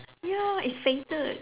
ya it's fated